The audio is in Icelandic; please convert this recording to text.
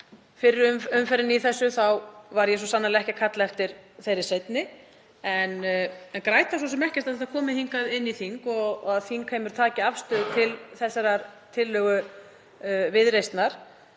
fyrri umferðinni í þessu þá var ég svo sannarlega ekki að kalla eftir þeirri seinni. Ég græt það svo sem ekki að málið sé komið hingað til þingsins og þingheimur taki afstöðu til þessarar tillögu Viðreisnar.